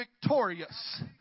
victorious